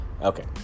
Okay